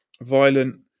violent